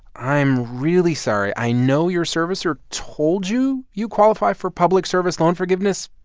i'm really sorry. i know your servicer told you you qualify for public service loan forgiveness,